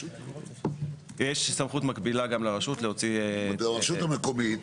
יש סמכות מקבילה גם לרשות להוציא --- הרשות המקומית,